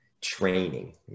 training